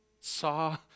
saw